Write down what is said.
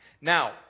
Now